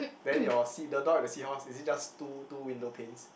then your sea the door with the seahorse is it just two two window panes